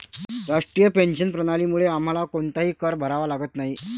राष्ट्रीय पेन्शन प्रणालीमुळे आम्हाला कोणताही कर भरावा लागत नाही